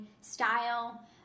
style